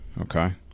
Okay